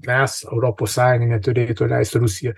mes europos sąjunga neturėtų leist rusija